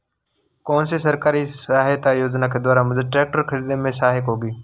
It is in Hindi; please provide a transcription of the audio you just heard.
कौनसी सरकारी सहायता योजना के द्वारा मुझे ट्रैक्टर खरीदने में सहायक होगी?